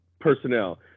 personnel